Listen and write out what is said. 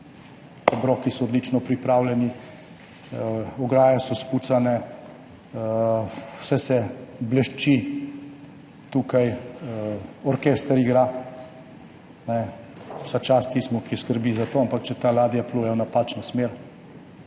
obroki so odlično pripravljeni, ograje so počiščene, vse se blešči, tukaj igra orkester, vsa čast tistemu, ki skrbi za to, ampak če ta ladja pluje v napačno smer,